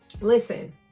Listen